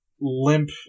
limp